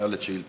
שאל את שאילתתך.